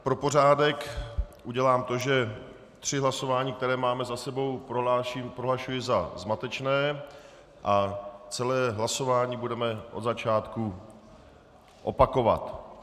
Pro pořádek udělám to, že tři hlasování, která máme za sebou, prohlašuji za zmatečné a celé hlasování budeme od začátku opakovat.